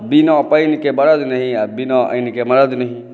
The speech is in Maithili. बिना पानिके बरद नहि आ बिना आनिके मरद नहि